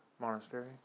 Monastery